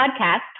podcast